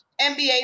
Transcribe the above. NBA